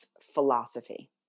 philosophy